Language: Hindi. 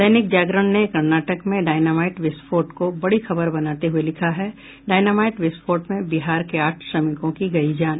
दैनिक जागरण ने कर्नाटक में डायनामाईट विस्फोट को बड़ी खबर बनाते हुये लिखा है डायनामाईट विस्फोट में बिहार के आठ श्रमिकों की गयी जान